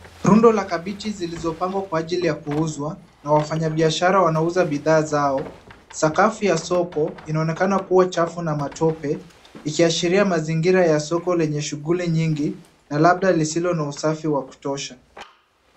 Rundo la kabiji zilizo pangwa kwa ajili ya kuuzwa na wafanya biashara wanauza bidhaa zao. Sakafu ya soko inaonekana kuwa chafu na matope ikiashiria mazingira ya soko lenye shughuli nyingi na labda lisilo na usafi wa kutosha.